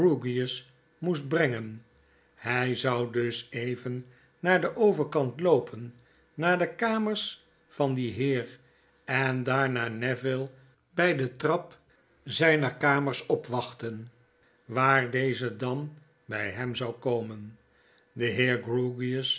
moest brengen ho zou dus even naar den overkant loopen naar de kamers van dien heer en daarna neville bg de trap zijner kamers opwachten waar deze dan bij hem zou komen de